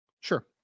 Sure